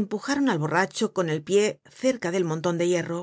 empujaron al borracho con el pie cerca del monton de hierro